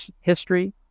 history